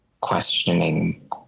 questioning